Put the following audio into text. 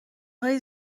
های